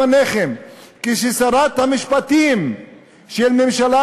לפניכם: כששרת המשפטים של ממשלה,